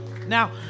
Now